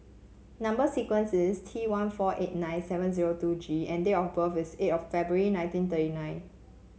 number sequence is T one four eight nine seven zero two G and date of birth is eight of February nineteen thirty nine